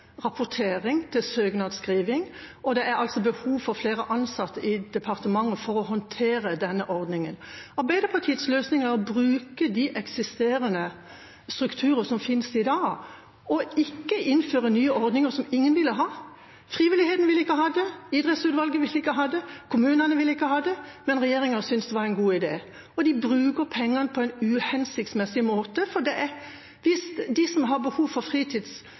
rapportering og til søknadsskriving, og det er behov for flere ansatte i departementet for å håndtere denne ordningen. Arbeiderpartiets løsning er å bruke de eksisterende strukturene i dag og ikke innføre nye ordninger som ingen vil ha. Frivilligheten vil ikke ha det, idrettsutvalget vil ikke ha det, kommunene vil ikke ha det. Men regjeringa syntes det var en god idé. Og de bruker pengene på en uhensiktsmessig måte. Hvis de som har behov for